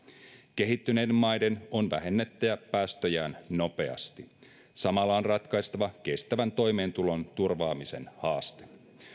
kehittyneiden maiden on vähennettävä päästöjään nopeasti samalla on ratkaistava kestävän toimeentulon turvaamisen haaste